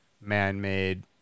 man-made